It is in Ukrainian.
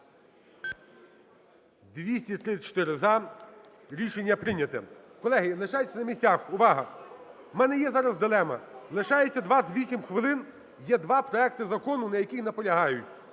За-234 Рішення прийнято. Колеги, лишайтеся на місцях. Увага! У мене є зараз дилема: лишається 28 хвилин, є два проекти законів, на яких наполягають.